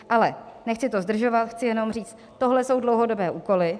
Ale nechci to zdržovat, chci jenom říct, tohle jsou dlouhodobé úkoly.